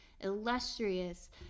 illustrious